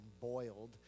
boiled